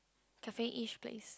cafe-ish place